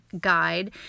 guide